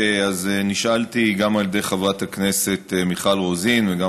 אז נשאלתי גם על ידי חברת הכנסת מיכל רוזין וגם